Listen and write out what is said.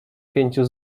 pięciu